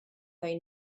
they